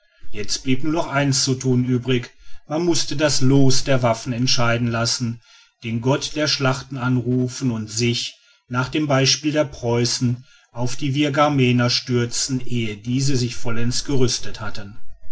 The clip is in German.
jetzt blieb nur noch eins zu thun übrig man mußte das loos der waffen entscheiden lassen den gott der schlachten anrufen und sich nach dem beispiel der preußen auf die virgamener stürzen ehe diese sich vollends gerüstet hatten